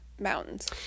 mountains